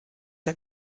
der